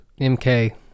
MK